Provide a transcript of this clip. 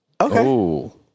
Okay